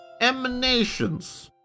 emanations